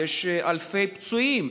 יש אלפי פצועים.